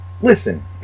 Listen